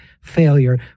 failure